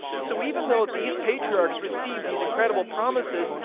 so even though these patriarchs received these incredible promises,